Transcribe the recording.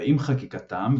ועם חקיקתם,